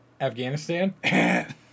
Afghanistan